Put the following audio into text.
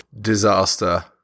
Disaster